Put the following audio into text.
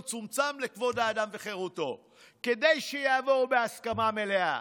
והוא צומצם לכבוד האדם וחירותו כדי שיעבור בהסכמה מלאה.